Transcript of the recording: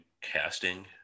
casting